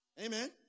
Amen